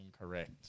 Incorrect